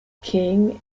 king